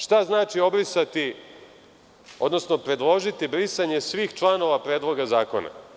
Šta znači obrisati, odnosno predložiti brisanje svih članova predloga zakona?